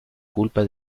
culpa